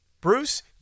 Bruce